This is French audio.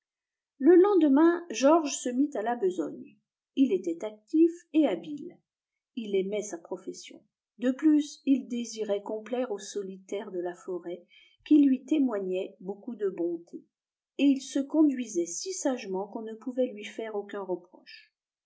le lendemain georges se mit à la besogne il était actif et habile il aimait sa profession de plus il désirait complaire au solitaire de la forêt qui lui témoignait beaucoup de bonté et il se conduisait si sagement qu'on ne pouvait lui faire aucun reproche